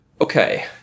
Okay